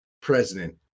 president